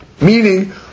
Meaning